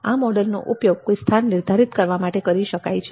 આ મોડેલનો ઉપયોગ કોઈ સ્થાન નિર્ધારીત કરવા માટે કરી શકાય છે